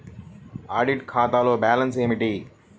Audit ఖాతాలో balance ఏమిటీ?